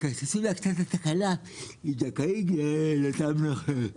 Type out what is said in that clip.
תקצצי לה קצת את הכנף, היא זכאית לתו נכה.